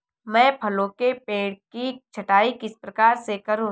मैं फलों के पेड़ की छटाई किस प्रकार से करूं?